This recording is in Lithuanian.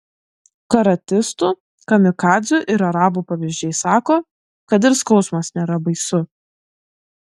karatistų kamikadzių ir arabų pavyzdžiai sako kad ir skausmas nėra baisu